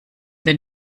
den